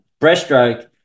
Breaststroke